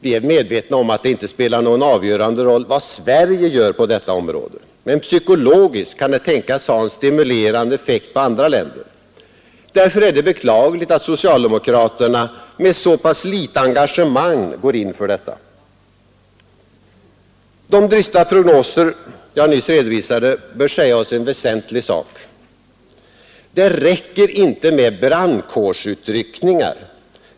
Vi är medvetna om att det inte spelar någon avgörande roll vad Sverige gör på detta område, men psykologiskt kan det tänkas ha en stimulerande effekt på andra länder. Därför är det beklagligt att socialdemokraterna med så pass litet engagemang går in för detta. De dystra prognoser jag nyss redovisade bör säga oss en väsentlig sak: det räcker inte med brandkårsutryckningar.